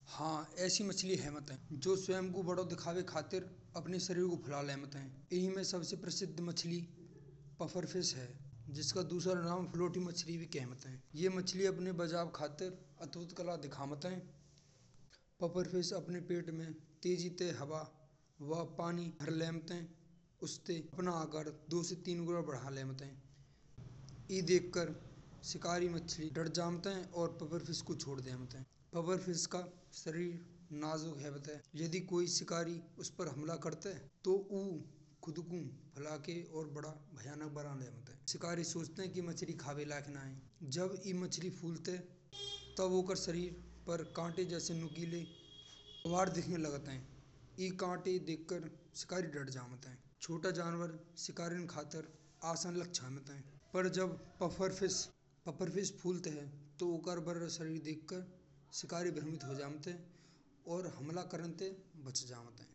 हाँ ऐसी मछली हेवंत है, जो स्वयं को बड़ो दिखावे खातिर आपणे शरीर को फुला लेन। हमन सबसे प्रसीद्ध मछली है जसका दूसरा नाम फ्लोटी मछली भी होत है। ये मछली अपने बचाव खातिर अद्भुत कला दिखावत है। बफर फिश अपने पेट में तेजी से हवा वा पानी भर लेमेत है। ओसे उनका आकार दो से तीन गुना बढ़ा लेमेत है। ई देख कर शिकारी मछली डर जमत है। औ बफर फिश को छोड़ देमेत है। बफर फिश का सरीर नाजुक होत है। यदि कोई शिकारी उस पर हमला करत है। तो ओ खुद को फुलाके बहुत बड़ा बना लेमेत है। शिकारी सोचते हैं कि मछली खाने लायक ना है। जब ये मछली फुलत है। तब वा के शरीर पर कांटे जैसे नुकीले उभार दिखण लगत हैं। ई कांटे देख कर शिकारी डर जावत है। छोटा जानवर शिकारी की खातिर आसान लग जावत है। पर जब बफर फिश फुलत है। तो ओ का बड़ा शरीर देख कर शिकारी भ्रमित हो जावत है। औ हमला करण से बच जावत है।